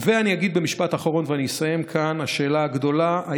ואני אגיד במשפט אחרון ואני אסיים כאן: השאלה הגדולה היא